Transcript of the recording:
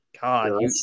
God